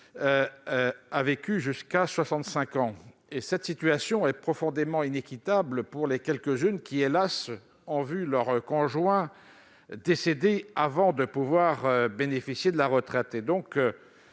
soixante-quatorze ans. Cette situation est profondément inéquitable pour les quelques-unes qui, hélas, ont vu leur conjoint décéder avant de pouvoir bénéficier de sa retraite.